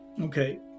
Okay